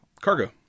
cargo